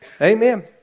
Amen